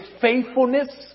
faithfulness